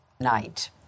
Night